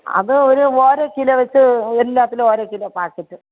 അത് ഒരു ഓരോ കിലോ വച്ച് എല്ലാത്തിലും ഓരോ കിലോ പാക്കറ്റ്